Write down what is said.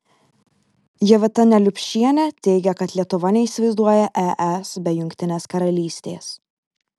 jovita neliupšienė teigia kad lietuva neįsivaizduoja es be jungtinės karalystės